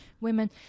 women